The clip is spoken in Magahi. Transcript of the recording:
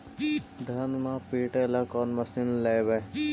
धनमा पिटेला कौन मशीन लैबै?